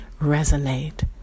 resonate